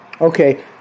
okay